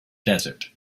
desert